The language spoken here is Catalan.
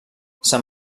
san